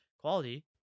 quality